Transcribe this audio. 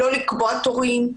לא לקבוע תורים,